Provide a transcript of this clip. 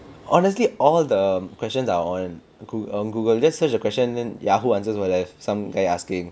honestly all the questions are on goo are on Google just search the question then Yahoo answers also have some guy asking